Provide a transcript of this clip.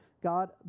God